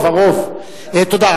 תודה.